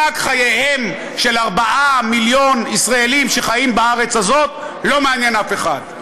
רק חייהם של 4 מיליון ישראלים שחיים בארץ הזו לא מעניינים אף אחד,